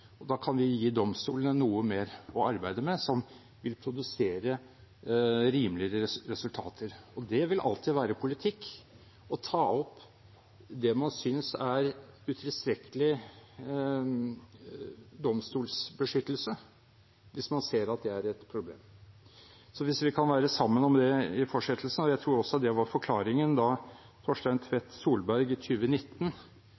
og da kan vi gi domstolene noe mer å arbeide med som vil produsere rimeligere resultater. Og det vil alltid være politikk å ta opp det man synes er utilstrekkelig domstolbeskyttelse, hvis man ser at det er et problem – så hvis vi kan være sammen om det i fortsettelsen. Jeg tror også det var forklaringen da Torstein